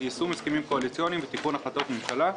יישום הסכמים קואליציוניים ותיקון החלטות ממשלה.